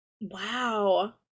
Wow